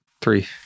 three